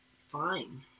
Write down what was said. fine